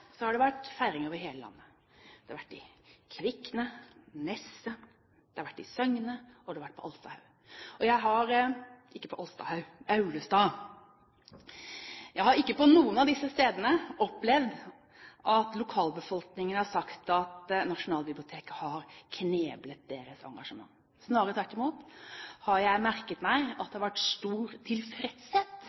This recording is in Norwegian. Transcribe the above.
har det vært feiring over hele landet. Det har vært i Kvikne, Nesset, det har vært i Søgne, og det har vært på Aulestad. Jeg har ikke på noen av disse stedene opplevd at lokalbefolkningen har sagt at Nasjonalbiblioteket har kneblet deres engasjement. Snarere tvert imot, jeg har merket meg at det har vært stor tilfredshet